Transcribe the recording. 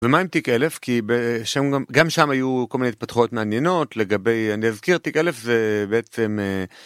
ומה אם תיק אלף? כי בשם גם... גם שם היו כל מיני התפתחות מעניינות, לגבי אה... אני אזכיר, תיק אלף זה בעצם אה...